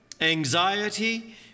anxiety